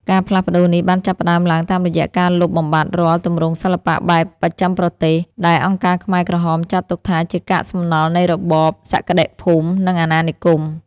ការផ្លាស់ប្តូរនេះបានចាប់ផ្តើមឡើងតាមរយៈការលុបបំបាត់រាល់ទម្រង់សិល្បៈបែបបស្ចិមប្រទេស ដែលអង្គការខ្មែរក្រហមចាត់ទុកថាជាកាកសំណល់នៃរបបសក្តិភូមិ និងអាណានិគម។